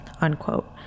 unquote